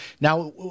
now